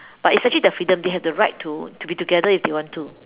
but it's actually their freedom they have to right to to be together if they want to